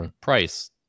price